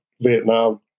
Vietnam